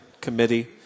committee